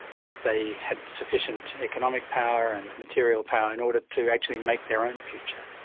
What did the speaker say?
that they had sufficient economic power and material power in order to actually make their own future.